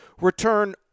return